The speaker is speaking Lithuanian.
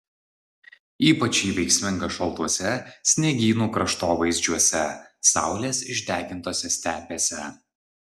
ypač ji veiksminga šaltuose sniegynų kraštovaizdžiuose saulės išdegintose stepėse